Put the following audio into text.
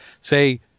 say